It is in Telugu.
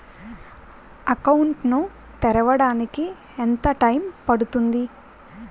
అకౌంట్ ను తెరవడానికి ఎంత టైమ్ పడుతుంది?